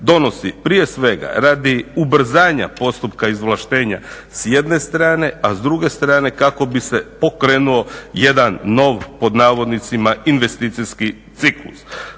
donosi prije svega radi ubrzanja postupka izvlaštenja s jedne strane, a s druge strane kako bi se pokrenuo jedan nov "investicijski" ciklus.